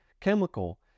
chemical